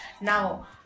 Now